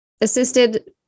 assisted